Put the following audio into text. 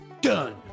Done